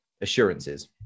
assurances